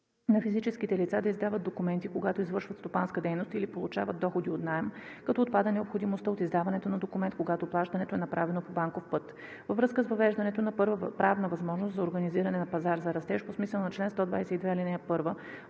на физическите лица да издават документи, когато извършват стопанска дейност или получават доходи от наем, като отпада необходимостта от издаването на документ, когато плащането е направено по банков път. Във връзка с въвеждането на правна възможност за организиране на пазар за растеж по смисъла на чл. 122, ал. 1